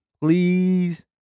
Please